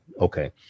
Okay